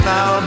Now